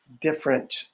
different